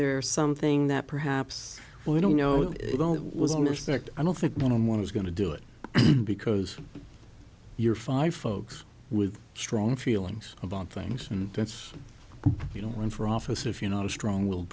there something that perhaps we don't know if you don't was on a suspect i don't think one on one is going to do it because you're five folks with strong feelings about things and that's you don't run for office if you're not a strong willed